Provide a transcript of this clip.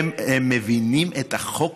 הם לא מבינים את החוק.